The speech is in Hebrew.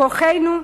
כוחנו באחדותנו.